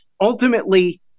ultimately